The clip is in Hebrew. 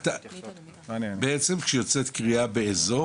בעצם כשיוצאת קריאה באזור